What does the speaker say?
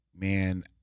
man